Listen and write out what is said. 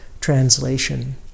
Translation